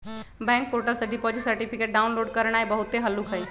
bank portal से deposit certificate download करनाइ बहुते हल्लुक हइ